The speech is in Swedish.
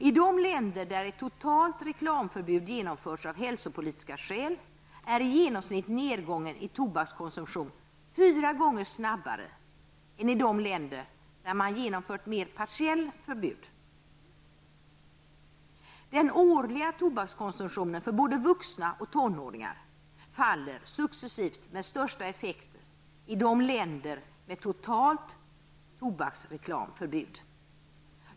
I de länder där ett totalt reklamförbud genomförts av hälsopolitiska skäl är nedgången i tobakskonsumtionen i genomsnitt fyra gånger snabbare än i de länder där man genomfört mera partiella förbud. -- Den årliga tobakskonsumtionen för både vuxna och tonåringar minskar successivt med största effekten i de länder som har totalt tobaksreklamförbud.